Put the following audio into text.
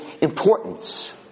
importance